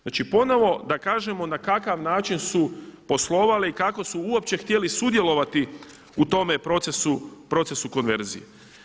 Znači ponovo da kažemo na kakav način su poslovali i kako su uopće htjeli sudjelovati u tome procesu konverzije.